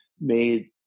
made